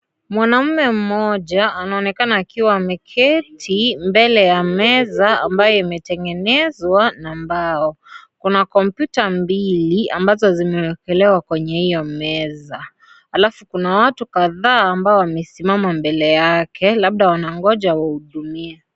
Mwanaume mmoja anaonekana akiwa ameketi mbele ya meza ambayo imetengenezwa na mbao, kuna kompyta mbili ambazo zimewekelewa kwenye iyo meza halafu kuna watu kadhaa ambao wamesimama mbele yake labda wanangoja wahudumie.